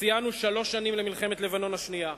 ציינו שלוש שנים למלחמת לבנון השנייה.